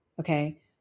Okay